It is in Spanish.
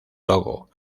togo